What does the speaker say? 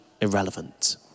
irrelevant